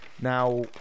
now